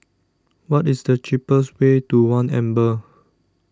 what is the cheapest way to one Amber